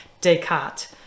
Descartes